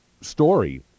story